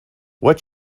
what